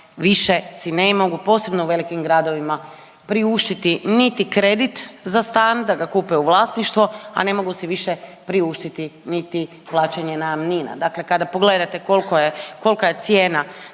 više si ne mogu, posebno u velikim gradovima priuštiti niti kredit za stan da ga kupe u vlasništvo, a ne mogu su više priuštiti niti plaćanje najamnina. Dakle kada pogledate koliko je, kolika